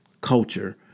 culture